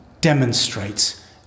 demonstrates